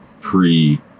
pre